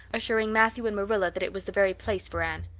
assuring matthew and marilla that it was the very place for anne.